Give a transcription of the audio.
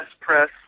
press